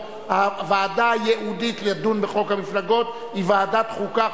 עברה בקריאה טרומית ותועבר לוועדת החוקה,